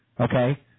Okay